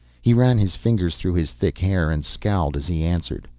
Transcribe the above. he ran his fingers through his thick hair and scowled as he answered.